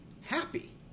happy